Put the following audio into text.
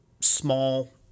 small